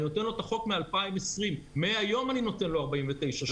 אתן לו את החוק מ-2020, מהיום אני נותן לו 49 שנה.